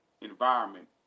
environment